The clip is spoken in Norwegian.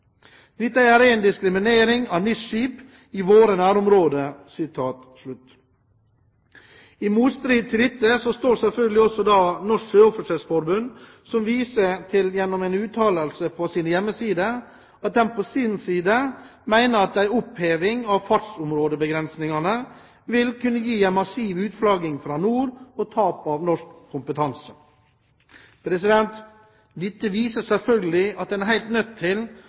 Dette er ren diskriminering av NIS-skip i våre nærområder.» I motstrid til dette står Norsk Sjøoffisersforbund, som viser til gjennom en uttalelse på sin hjemmeside at de på sin side mener at en oppheving av fartsområdebegrensningene vil kunne gi en «massiv utflagging fra NOR og tap av norsk kompetanse». Dette viser selvfølgelig at en er helt nødt til